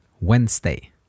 Wednesday